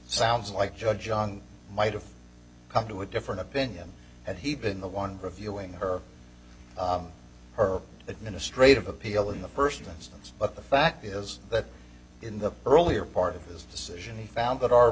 sounds like judge john might have come to a different opinion had he been the one reviewing her her administrative appeal in the first instance but the fact is that in the earlier part of his decision he found that